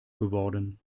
geworden